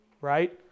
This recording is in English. right